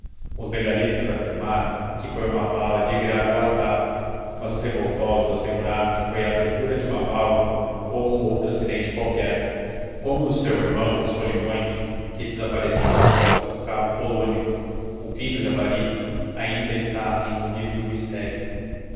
os legalistas afirmaram que foi uma bala de gragoatá mas os revoltosos asseguraram que foi a abertura de uma válvula ou um outro acidente qualquer como o do seu irmão o solimões que desapareceu nas costas de cabo polônio o fim do javari ainda está envolvido no mistério